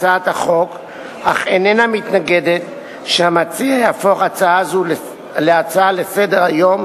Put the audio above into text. ונושא הדיור של הזוגות הצעירים,